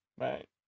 Right